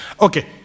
Okay